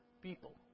people